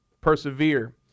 persevere